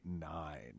nine